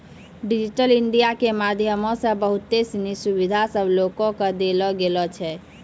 digital India के माध्यमो से बहुते सिनी सुविधा सभ लोको के देलो गेलो छै